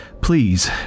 Please